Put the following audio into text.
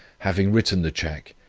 having written the cheque,